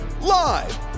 live